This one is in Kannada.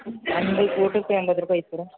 ಒಂದು ಪ್ಲೇಟ್ ಊಟಕ್ಕೆ ಎಂಬತ್ತು ರೂಪಾಯಿ ಐತೆ ಸರ